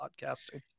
podcasting